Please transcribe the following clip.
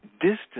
distance